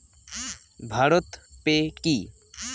Bharat pay কি?